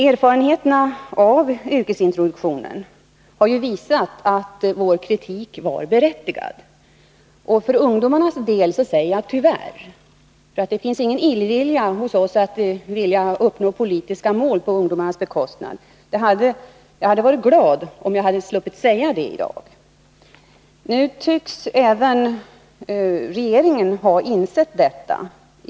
Erfarenheterna av yrkesintroduktionen har visat att vår kritik var berättigad, och för ungdomarnas del säger jag tyvärr. Det finns nämligen ingen illvilja hos oss när det gäller att på ungdomarnas bekostnad uppnå =» politiska mål. Jag hade varit glad om jag i dag hade sluppit att säga att vår kritik besannats. Nu tycks även regeringen ha insett detta.